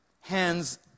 Hands